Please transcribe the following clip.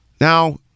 Now